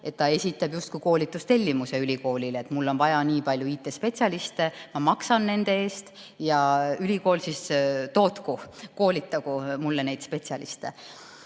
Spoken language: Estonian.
ülikoolile justkui koolitustellimuse, et tal on vaja nii palju IT-spetsialiste, ta maksab nende eest ja ülikool tootku, koolitagu talle neid spetsialiste.